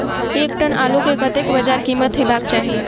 एक टन आलु केँ कतेक बजार कीमत हेबाक चाहि?